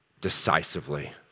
decisively